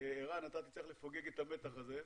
ערן, אתה תצטרך לפוגג את המתח הזה,